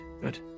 good